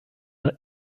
der